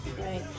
Right